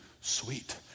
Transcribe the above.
sweet